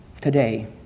today